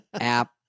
app